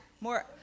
More